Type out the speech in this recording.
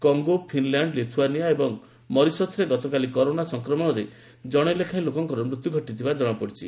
Congo Finland Lithuania ଏବଂ ମରିସସ୍ରେ ଗତକାଲି କରୋନା ସଂକ୍ରମଣରେ ଜଣେ ଲେଖାଏଁ ଲୋକଙ୍କର ମୃତ୍ୟୁ ଘଟିଥିବା ଜଣାପଡ଼ିଛି